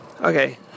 Okay